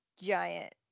giant